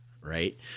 right